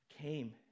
came